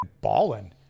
balling